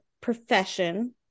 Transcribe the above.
profession